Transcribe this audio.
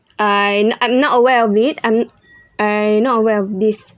I not I'm not aware of it I'm I not aware of this